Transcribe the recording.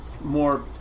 more